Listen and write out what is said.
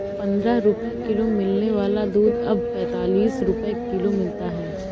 पंद्रह रुपए किलो मिलने वाला दूध अब पैंतालीस रुपए किलो मिलता है